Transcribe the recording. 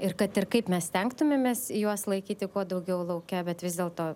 ir kad ir kaip mes stengtumėmės juos laikyti kuo daugiau lauke bet vis dėlto